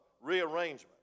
rearrangement